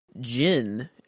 Jin